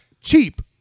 cheap